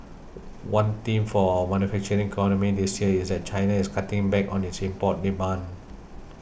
one theme for our manufacturing economy this year is that China is cutting back on its import demand